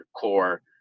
core